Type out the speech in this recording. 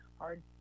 hard